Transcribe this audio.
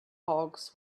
folks